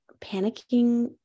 panicking